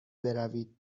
بروید